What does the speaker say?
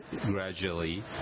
gradually